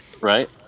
Right